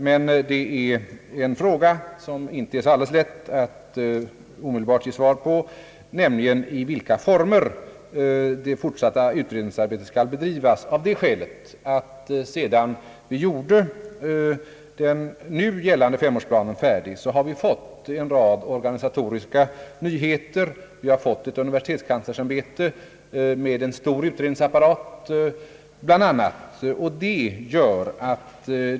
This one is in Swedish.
Men det är en fråga, som inte är så alldeles lätt att ge ett omedelbart svar på, i vilka former det fortsatta utredningsarbetet skall bedrivas, av det skälet att sedan vi gjorde den nu gällande femårsplanen färdig har det blivit åtskilliga organisatoriska nyheter. Vi har bl.a. fått ett universitetskanslersämbete med en stor utredningsapparat.